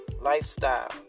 Lifestyle